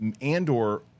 Andor